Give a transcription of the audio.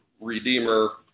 Redeemer